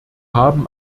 haben